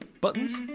Buttons